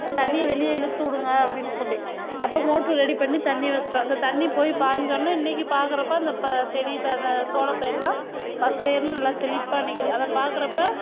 தண்ணியை வெளியே இழுத்து விடுங்க அப்படின் சொல்லி அப்போ மோட்டரு ரெடி பண்ணி தண்ணி வெச்சுட்டோம் அந்த தண்ணி போய் பாய்ஞ்சொடனே இன்னிக்கி பார்க்கறப்ப அந்த பா செடி இப்போ அந்த சோளப்பயிர்லாம் பசேர்ன்னு நல்லா செழிப்பாக நிற்கிது அதைப் பார்க்கறப்ப